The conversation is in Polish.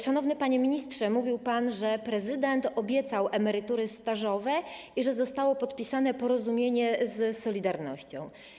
Szanowny panie ministrze, mówił pan, że prezydent obiecał emerytury stażowe i że zostało podpisane porozumienie z „Solidarnością”